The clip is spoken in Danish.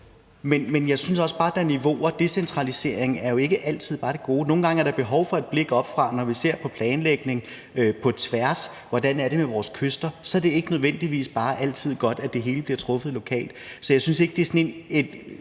men jeg synes bare også, at der er niveauer. Decentralisering er jo ikke altid bare af det gode. Nogle gange er der behov for et blik oppefra, når vi ser på planlægning på tværs og på, hvordan det er med vores kyster, og så er det ikke nødvendigvis altid bare godt, at alle beslutninger bliver truffet lokalt. Så jeg synes ikke, at det er en